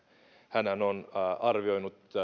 hänhän on arvioinut